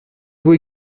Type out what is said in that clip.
vous